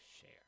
share